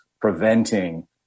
preventing